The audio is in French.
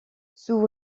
sous